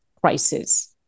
crisis